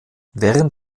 während